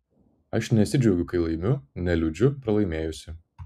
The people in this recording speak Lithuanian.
aš nesidžiaugiu kai laimiu neliūdžiu pralaimėjusi